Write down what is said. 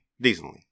decently